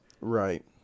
Right